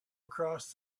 across